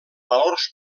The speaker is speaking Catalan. valors